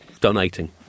donating